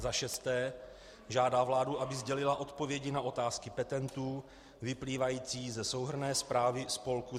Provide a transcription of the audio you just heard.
VI. žádá vládu, aby sdělila odpovědi na otázky petentů vyplývající ze souhrnné zprávy spolku